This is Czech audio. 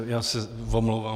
Já se omlouvám.